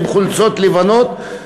עם חולצות לבנות,